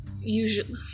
usually-